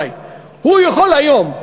הוא יכול היום,